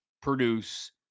produce